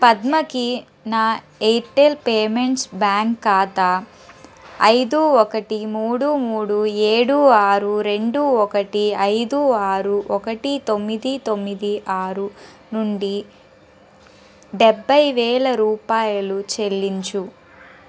పద్మకి నా Airtel payments bank ఖాతా ఐదు ఒకటి మూడు మూడు ఏడు ఆరు రెండు ఒకటి ఐదు ఆరు ఒకటి తొమ్మిది తొమ్మిది ఆరు నుండి డెబ్బై వేల రూపాయలు చెల్లించుము